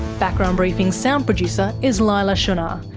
background briefing's sound producer is leila shunnar,